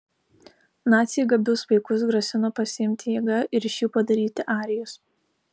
naciai gabius vaikus grasino pasiimti jėga ir iš jų padaryti arijus